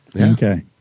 Okay